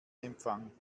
empfang